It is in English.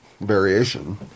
variation